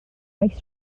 oes